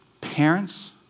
parents